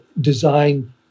design